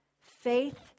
Faith